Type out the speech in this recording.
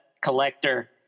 collector